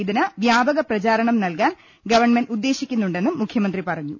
ഇതിന് വ്യാപക പ്രചാ രണം നൽകാൻ ഗവൺമെന്റ് ഉദ്ദേശിക്കുന്നുണ്ടെന്നും മുഖ്യമന്ത്രി പറഞ്ഞു